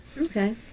Okay